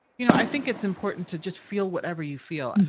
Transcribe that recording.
you know, i think it's important to just feel whatever you feel.